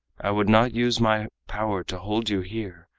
i would not use my power to hold you here,